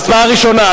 הצבעה ראשונה,